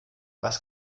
was